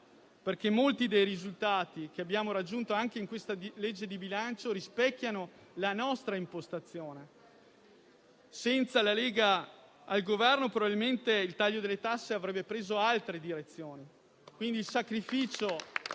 perché molti dei risultati che abbiamo raggiunto anche in questa legge di bilancio rispecchiano la nostra impostazione. Senza la Lega al Governo probabilmente il taglio delle tasse avrebbe preso altre direzioni.